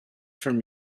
from